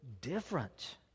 different